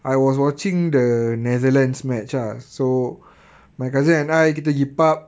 I was watching the netherlands match ah so my cousin and I didn't keep up